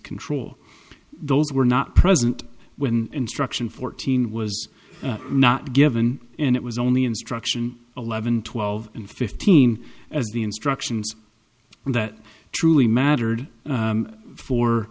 control those were not present when struction fourteen was not given and it was only instruction eleven twelve and fifteen as the instructions that truly mattered